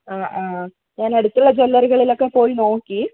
ആ ആ ഞാന് അടുത്തുള്ള ജ്വല്ലറികളിലൊക്കെ പോയി നോക്കി